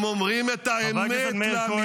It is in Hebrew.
הם אומרים את האמת לאמיתה -- הם גם לא ראש